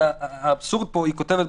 בסוף היא כותבת: